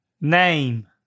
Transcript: Name